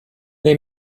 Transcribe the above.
they